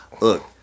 look